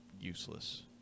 useless